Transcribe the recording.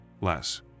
Less